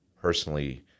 personally